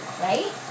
right